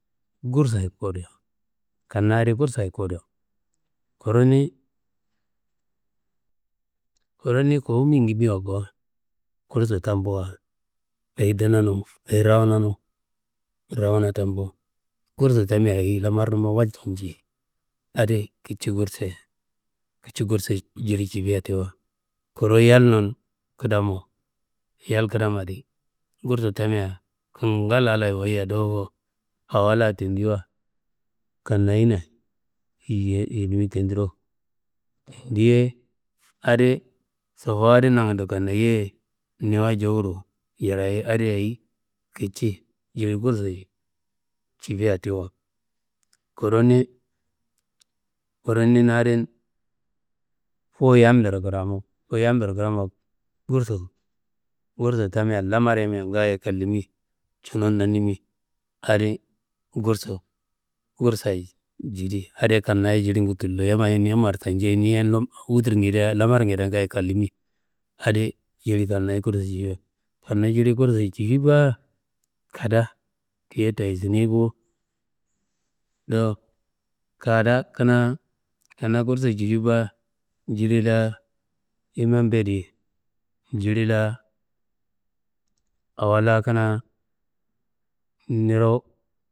Gursayi kuwudo, kanna adi gursayi kuwudo, kuru niyi kawu gigimi ko, gursu tambuwa ayi ndunanum, ayi rawunonum, rawuno tambu. Gursu tammia lamarnuma walcu nji, adi kici gursiye, kici gursiyi jili cife tiwo. Kuru yalnun kadamo, yal kadamadi gursu tammia kangal allaye wayiya dowofo awala tandiwa kannayina yedimi tandiro, tandiye adi, sofowo adi nangando kannayiye niwa jewuro yereyiye adi ayi kici jili gursiyi cife tiwo. Kuru niyi na adin, fuwu yammbero kramo, fuwu yammbero kramma gursu tamia lamar yammbea ngaayo, cunum nanimi, adi gursu gursayi jidi, adiye kanna jilingu tullo, yamma niwa martajei, niye lamarnguedea ngaayo kallimi adi jili kannayiye gursiyi cife. Kanna jili gursiyi cifi ba, kada tiye tayisiinei bo, do kada kanaa gursiyi cifi ba, jili la imambeyedi jili la awola kanaa niro.